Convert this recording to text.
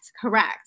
correct